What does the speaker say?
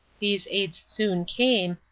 these aids soon came,